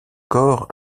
corps